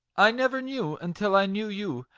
i never knew, until i knew you,